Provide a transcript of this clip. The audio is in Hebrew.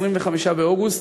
ב-25 באוגוסט,